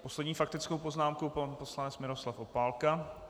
Poslední faktickou poznámku pan poslanec Miroslav Opálka.